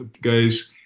guys